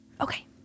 Okay